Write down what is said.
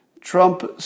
Trump